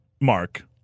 Mark